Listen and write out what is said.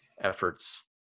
Efforts